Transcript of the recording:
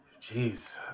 jeez